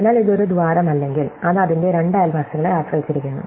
അതിനാൽ ഇത് ഒരു ദ്വാരമല്ലെങ്കിൽ അത് അതിന്റെ രണ്ട് അയൽവാസികളെ ആശ്രയിച്ചിരിക്കുന്നു